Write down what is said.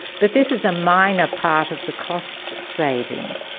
but this is a minor part of the cost savings,